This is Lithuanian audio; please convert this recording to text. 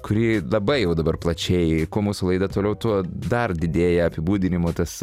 kurį labai jau dabar plačiai kuo mūsų laidą toliau tuo dar didėja apibūdinimo tas